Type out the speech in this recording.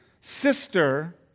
sister